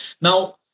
Now